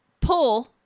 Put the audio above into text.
pull